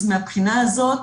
אז מהבחינה הזאת,